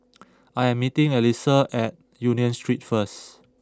I am meeting Alisa at Union Street first